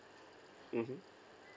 mmhmm